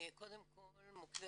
קודם כל מוקדי